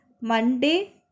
Monday